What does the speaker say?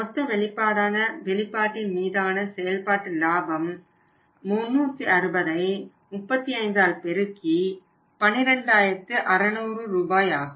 மொத்த வெளிப்பாட்டின் மீதான செயல்பாட்டு லாபம் 360ஐ 35ஆல் பெருக்கி 12600 ரூபாய் ஆகும்